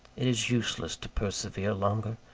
it is useless to persevere longer.